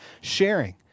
sharing